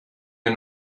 wir